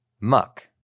Muck